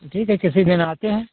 तो ठीक है किसी दिन आते हैं